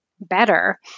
better